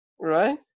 right